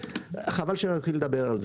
חבל שנתחיל לדבר על זה.